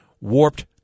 warped